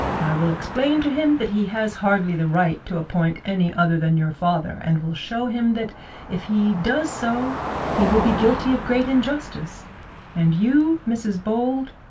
i will explain to him that he has hardly the right to appoint any other than your father, and will show him that if he does so he will be guilty of great injustice and you, mrs bold,